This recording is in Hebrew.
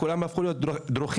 כולם הפכו להיות דרוכים,